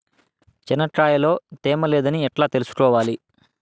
చెనక్కాయ లో తేమ లేదని ఎట్లా తెలుసుకోవాలి?